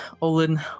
Olin